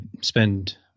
spend